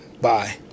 Bye